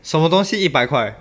什么东西一百块